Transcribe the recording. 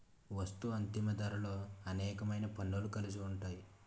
వస్తూ అంతిమ ధరలో అనేకమైన పన్నులు కలిసి ఉంటాయి